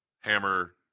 Hammer